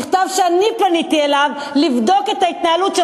שכן אני פניתי אליו לבדוק את ההתנהלות של